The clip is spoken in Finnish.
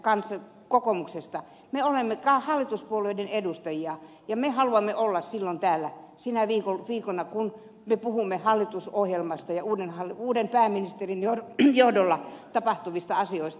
me kolme ihmistä kokoomuksesta olemme hallituspuolueiden edustajia ja me haluamme olla silloin täällä sinä viikkona kun me puhumme hallitusohjelmasta ja uuden pääministerin johdolla tapahtuvista asioista